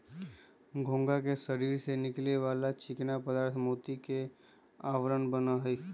घोंघा के शरीर से निकले वाला चिकना पदार्थ मोती के आवरण बना हई